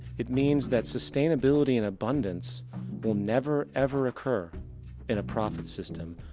it means that sustainability and abundance will never ever occur in profit system.